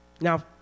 Now